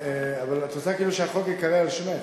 את רוצה, כאילו, שהחוק ייקרא על שמך?